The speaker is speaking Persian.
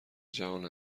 جهان